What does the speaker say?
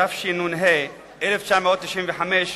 התשנ"ה 1995,